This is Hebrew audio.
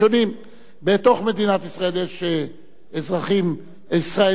בתוך מדינת ישראל יש אזרחים ישראלים פלסטינים,